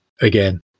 again